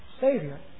Savior